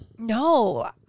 No